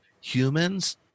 Humans